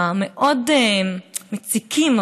המאוד-מציקים,